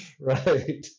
Right